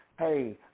Hey